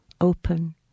open